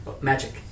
Magic